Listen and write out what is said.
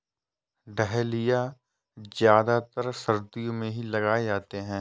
dahlia ज्यादातर सर्दियो मे ही लगाये जाते है